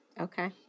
Okay